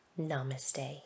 Namaste